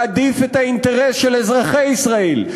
להעדיף את האינטרס של אזרחי ישראל,